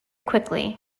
quickly